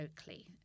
Oakley